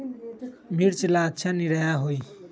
मिर्च ला अच्छा निरैया होई?